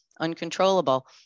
uncontrollable